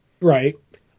Right